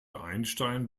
einstein